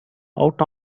out